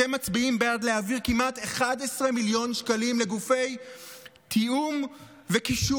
אתם מצביעים בעד להעביר כמעט 11 מיליון שקלים לגופי תיאום וקישור,